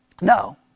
No